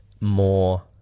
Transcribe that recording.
more